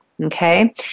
okay